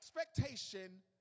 expectation